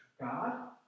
God